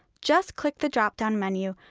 just click the dropdown menu,